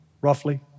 roughly